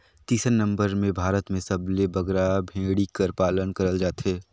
तीसर नंबर में भारत में सबले बगरा भेंड़ी कर पालन करल जाथे